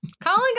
Colin